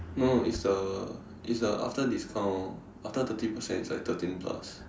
no it's the it's the after discount after thirty percent is like thirteen plus